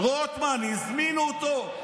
רוטמן, הזמינו אותו.